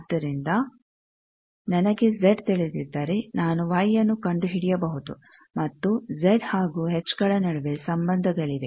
ಆದ್ದರಿಂದ ನನಗೆ ಜೆಡ್ ತಿಳಿದಿದ್ದರೆ ನಾನು ವೈ ನ್ನು ಕಂಡುಹಿಡಿಯಬಹುದು ಮತ್ತು ಜೆಡ್ ಹಾಗೂ ಎಚ್ ನಡುವೆ ಸಂಬಂಧಗಳಿವೆ